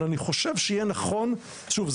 אבל אני חושב שיהיה נכון שוב,